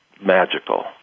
magical